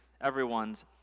everyone's